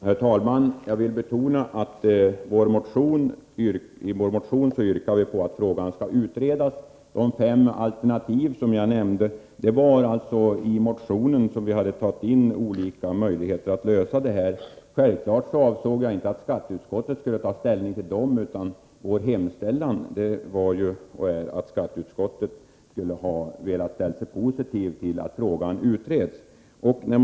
Herr talman! Jag vill betona att vi i vår motion yrkar att frågan skall utredas. De fem alternativ som jag nämnde är hämtade ur motionen. Vi har i den tagit upp olika möjligheter att lösa problemet. Självfallet avsåg jag inte att skatteutskottet skulle ta ställning till dem. Vår hemställan är att frågan skall utredas, och vår förhoppning var att skatteutskottet skulle ställa sig positivt till den.